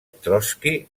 trotski